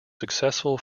successful